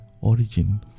origin